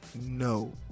no